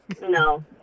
No